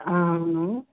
ఆ అవును